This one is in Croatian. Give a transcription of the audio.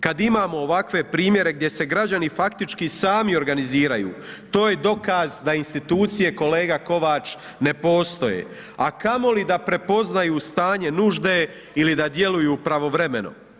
Kad imamo ovakve primjere gdje se građani faktički sami organiziraju, to je dokaz da institucije kolega Kovač ne postoje a kamoli da prepoznaju stanje nužde ili da djeluju pravovremeno.